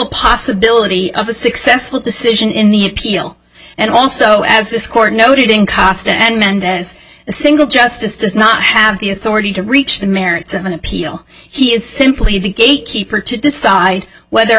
possibility of a successful decision in the appeal and also as this court noted in cost and mendez a single justice does not have the authority to reach the merits of an appeal he is simply the gate keeper to decide whether